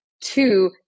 two